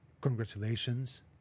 congratulations